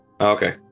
Okay